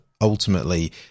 ultimately